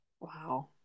Wow